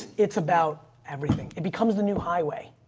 it's about everything. it becomes the new highway.